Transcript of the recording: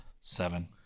Seven